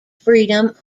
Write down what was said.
freedom